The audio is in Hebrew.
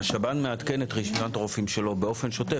השב"ן מעדכן את רשימת הרופאים שלו באופן שוטף.